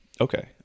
Okay